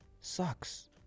sucks